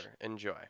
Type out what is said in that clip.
Enjoy